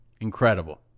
Incredible